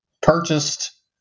purchased